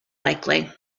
likely